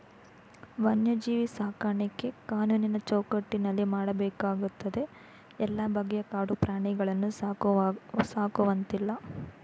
ವನ್ಯಜೀವಿ ಸಾಕಾಣಿಕೆ ಕಾನೂನಿನ ಚೌಕಟ್ಟಿನಲ್ಲಿ ಮಾಡಬೇಕಾಗ್ತದೆ ಎಲ್ಲ ಬಗೆಯ ಕಾಡು ಪ್ರಾಣಿಗಳನ್ನು ಸಾಕುವಂತಿಲ್ಲ